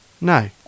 No